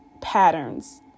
patterns